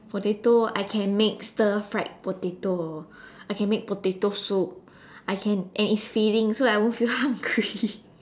potato I can make stir fried potato I can make potato soup I can and it's fillings so I won't feel hungry